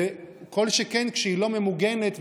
כל שכן כשהיא לא ממוגנת,